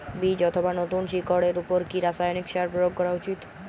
বীজ অথবা নতুন শিকড় এর উপর কি রাসায়ানিক সার প্রয়োগ করা উচিৎ?